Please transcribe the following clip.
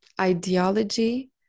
ideology